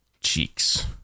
Cheeks